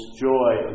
joy